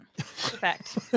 fact